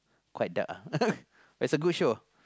quite dark ah but it's a good show